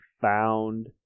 found